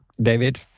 David